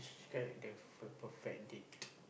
describe a perfect date